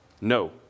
No